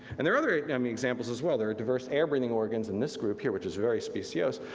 and there other i mean examples as well, there are diverse air breathing organs in this group here which is very specious.